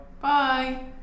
Bye